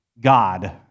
God